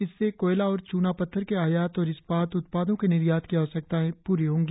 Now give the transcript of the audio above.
इससे कोयला और चूना पत्थर के आयात और इस्पात उत्पादों के निर्यात की आवश्यकताएं प्री होंगी